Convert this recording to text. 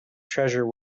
treasure